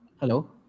Hello